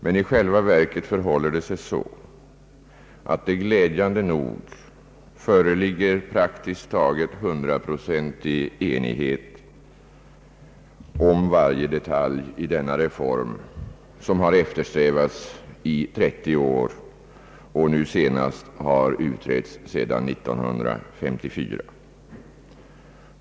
Men i själva verket föreligger det glädjande nog praktiskt taget hundraprocentig enighet om varje detalj i denna reform, som har eftersträvats under trettio år och som nu senast har utretts sedan 1954.